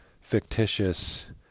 fictitious